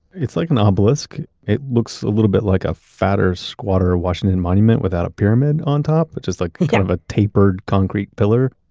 it's like an ah obelisk. it looks a little bit like a fatter squatter washington monument without a pyramid on top, which is like kind of a tapered concrete pillar.